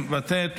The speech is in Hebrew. מוותר.